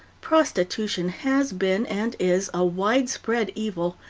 prostitution has been, and is, a widespread evil,